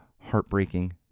heartbreaking